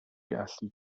gallu